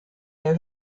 der